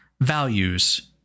values